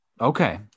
okay